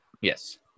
Yes